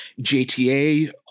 JTA